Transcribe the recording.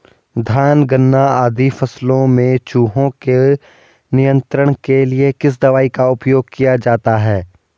धान गन्ना आदि फसलों में चूहों के नियंत्रण के लिए किस दवाई का उपयोग किया जाता है?